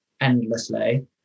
endlessly